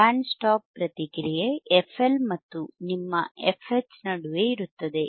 band stop ಪ್ರತಿಕ್ರಿಯೆ fL ಮತ್ತು ನಿಮ್ಮ fH ನಡುವೆ ಇರುತ್ತದೆ